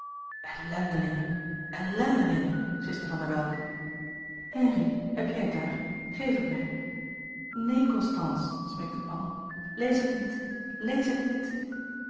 ellendelingen ellendelingen siste van der welcke henri heb jij het daar geef het mij neen constance smeekte paul lees het niet lees het niet